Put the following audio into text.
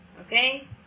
okay